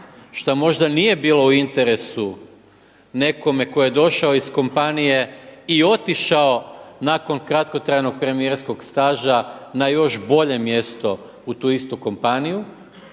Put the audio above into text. što možda nije bilo u interesu nekome tko je došao iz kompanije i otišao nakon kratkotrajnog premijerskog staža na još bolje mjesto u tu istu kompaniju,